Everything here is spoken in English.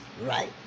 Right